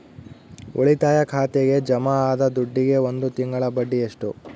ಉಳಿತಾಯ ಖಾತೆಗೆ ಜಮಾ ಆದ ದುಡ್ಡಿಗೆ ಒಂದು ತಿಂಗಳ ಬಡ್ಡಿ ಎಷ್ಟು?